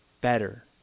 better